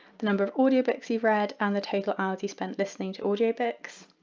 the number of audio books you've read, and the total hours you spent listening to audio books,